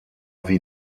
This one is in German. wie